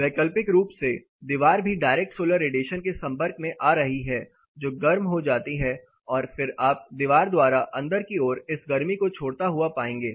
वैकल्पिक रूप से दीवार भी डायरेक्ट सोलर रेडिएशन के संपर्क में आ रही है जो गर्म हो जाती है और फिर आप दीवार द्वारा अंदर की ओर इस गर्मी को छोड़ता हुआ पाएंगे